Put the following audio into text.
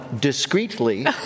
discreetly